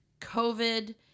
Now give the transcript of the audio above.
COVID